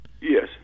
Yes